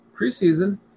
preseason